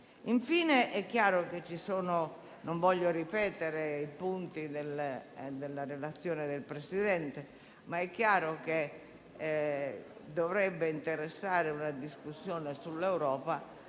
16,29)** (*Segue* BONINO). Non voglio ripetere i punti della relazione del Presidente, ma è chiaro che dovrebbe interessare una discussione sull'Europa